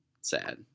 sad